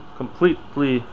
completely